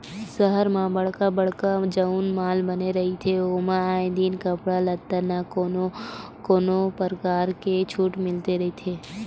सहर म बड़का बड़का जउन माल बने रहिथे ओमा आए दिन कपड़ा लत्ता म कोनो न कोनो परकार के छूट मिलते रहिथे